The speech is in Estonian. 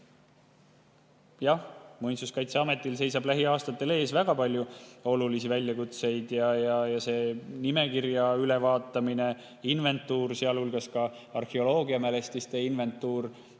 Muinsuskaitseametil seisab lähiaastatel ees väga palju olulisi väljakutseid. See nimekirja ülevaatamine, inventuur, sealhulgas arheoloogiamälestiste inventuur,